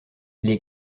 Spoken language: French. les